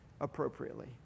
appropriately